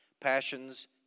passions